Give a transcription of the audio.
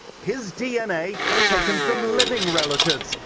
his dna taken from living relatives.